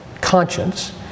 conscience